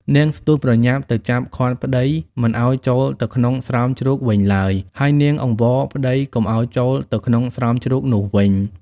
នាងស្ទុះប្រញាប់ ទៅចាប់ឃាត់ប្ដីមិនឱ្យចូលទៅក្នុងស្រោមជ្រូកវិញឡើយ ហើយនាងអង្វរប្ដីកុំឱ្យចូលទៅក្នុងស្រោមជ្រូកនោះវិញ។